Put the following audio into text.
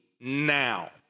now